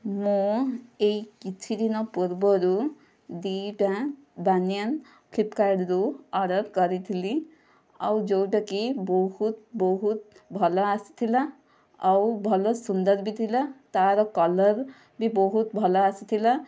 ମୁଁ ଏହି କିଛିଦିନ ପୂର୍ବରୁ ଦୁଇଟା ବାନିୟନ ଫ୍ଲିପକାର୍ଟରୁ ଅର୍ଡ଼ର କରିଥିଲି ଆଉ ଯେଉଁଟା କି ବହୁତ ବହୁତ ଭଲ ଆସିଥିଲା ଆଉ ଭଲ ସୁନ୍ଦର ବି ଥିଲା ତା'ର କଲର୍ ବି ବହୁତ ଭଲ ଆସିଥିଲା